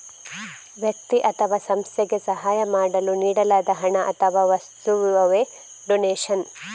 ವ್ಯಕ್ತಿ ಅಥವಾ ಸಂಸ್ಥೆಗೆ ಸಹಾಯ ಮಾಡಲು ನೀಡಲಾದ ಹಣ ಅಥವಾ ವಸ್ತುವವೇ ಡೊನೇಷನ್